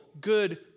good